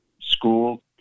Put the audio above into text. school